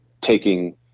taking